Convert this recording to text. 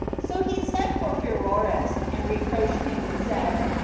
so he sent for pheroras, and reproached him, and said,